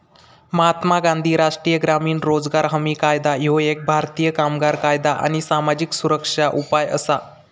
महात्मा गांधी राष्ट्रीय ग्रामीण रोजगार हमी कायदा ह्यो एक भारतीय कामगार कायदा आणि सामाजिक सुरक्षा उपाय असा